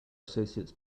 associates